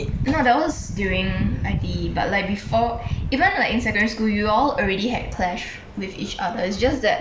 no that was during I_T_E but like before even like in secondary school you all already had clash with each other it's just that